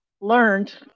learned